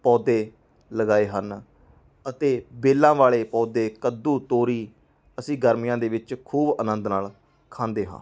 ਪੌਦੇ ਲਗਾਏ ਹਨ ਅਤੇ ਬੇਲਾਂ ਵਾਲੇ ਪੌਦੇ ਕੱਦੂ ਤੋਰੀ ਅਸੀਂ ਗਰਮੀਆਂ ਦੇ ਵਿੱਚ ਖੂਬ ਆਨੰਦ ਨਾਲ ਖਾਂਦੇ ਹਾਂ